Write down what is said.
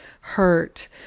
hurt